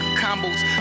combos